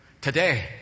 today